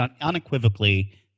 unequivocally